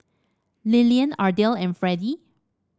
Lilyan Ardell and Fredy